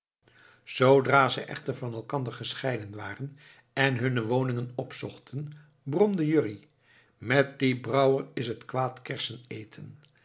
zoodra ze echter van elkander gescheiden waren en hunne woningen opzochten bromde jurrie met dien brouwer is het kwaad kersen eten